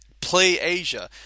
PlayAsia